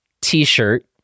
t-shirt